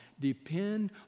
depend